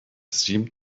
seemed